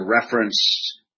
reference